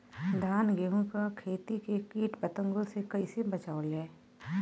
धान गेहूँक खेती के कीट पतंगों से कइसे बचावल जाए?